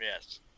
yes